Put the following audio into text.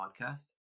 Podcast